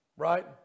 right